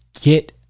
get